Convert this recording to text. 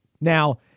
Now